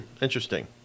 Interesting